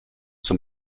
zum